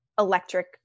electric